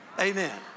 Amen